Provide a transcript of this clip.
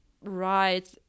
right